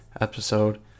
episode